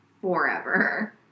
forever